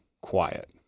quiet